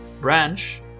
branch